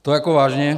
To jako vážně?